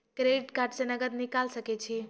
Credit card से नगद निकाल सके छी?